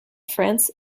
france